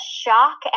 shock